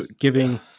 giving